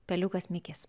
peliukas mikis